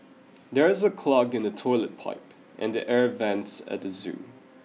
there is a clog in the toilet pipe and the air vents at the zoo